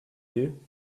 you